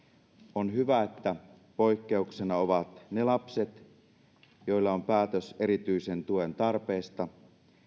on hyvä että poikkeuksena ovat ne lapset joilla on päätös erityisen tuen tarpeesta